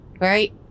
Right